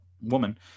woman